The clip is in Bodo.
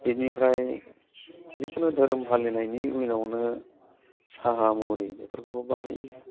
बेनिफ्राय जिकुनु धोरोम फालिनायनि इयुनावनो साहा मुरि बेफोरखौबो बाहायो